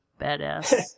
Badass